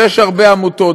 שיש הרבה עמותות,